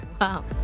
Wow